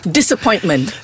Disappointment